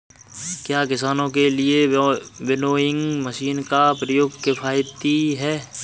क्या किसानों के लिए विनोइंग मशीन का प्रयोग किफायती है?